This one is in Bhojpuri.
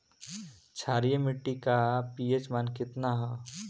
क्षारीय मीट्टी का पी.एच मान कितना ह?